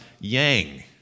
yang